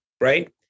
right